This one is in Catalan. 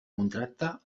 contracte